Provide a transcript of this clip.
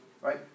Right